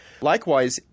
Likewise